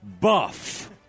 Buff